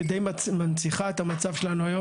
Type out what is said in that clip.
שדי מנציחה את המצב שלנו היום,